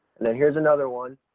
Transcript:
and then here's another one,